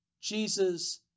jesus